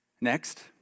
Next